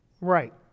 Right